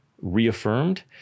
reaffirmed